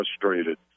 frustrated